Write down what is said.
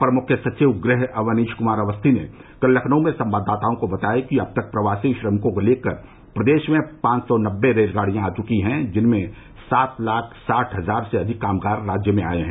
अपर मुख्य सचिव गृह अवनीश कुमार अवस्थी ने कल लखनऊ में संवाददाताओं को बताया कि अब तक प्रवासी श्रमिकों को लेकर प्रदेश में पांच सौ नर्बे रेलगाड़ियां आ चुकी हैं जिनसे सात लाख साठ हजार से अधिक कामगार राज्य में आये हैं